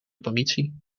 politie